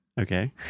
Okay